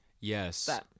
yes